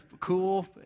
cool